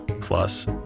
plus